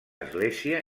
església